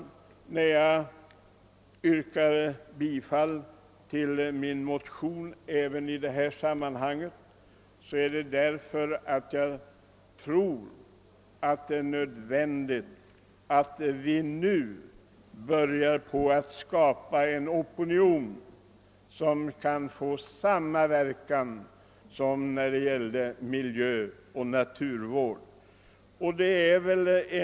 Att jag yrkar bifall till min motion även här beror på att jag tror att det är nödvändigt att vi nu börjar skapa en opinion som kan få samma verkan som i fråga om miljöoch naturvården.